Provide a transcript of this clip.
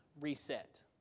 reset